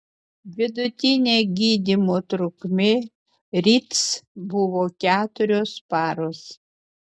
vidutinė gydymo trukmė rits buvo keturios paros